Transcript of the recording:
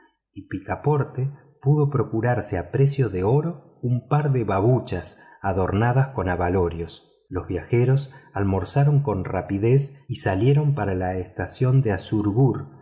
y picaporte pudo procurarse a precio de oro un par de babuchas adornadas con abalorios los viajeros almorzaron con rapidez y salieron para la estación de